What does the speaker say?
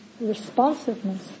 responsiveness